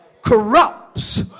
corrupts